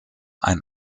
ein